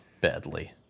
badly